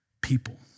people